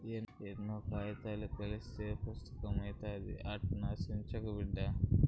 ఎన్నో కాయితాలు కలస్తేనే పుస్తకం అయితాది, అట్టా సించకు బిడ్డా